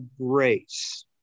grace